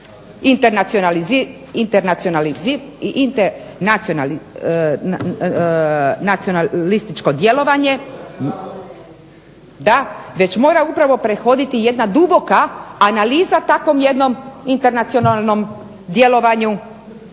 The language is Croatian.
apstraktni internacionalističko djelovanje već mora upravo prethoditi jedna duboka analiza jednom takvom internacionalnom djelovanju